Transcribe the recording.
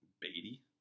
Beatty